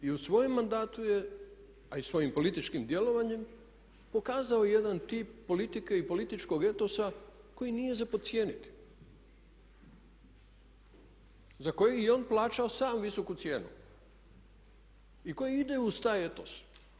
I u svojem mandatu je, a i svojim političkim djelovanjem pokazao jedan tip politike i političkog etosa koji nije za podcijeniti, za koji je i on plaćao sam visoku cijenu i koji ide uz taj etos.